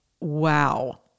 wow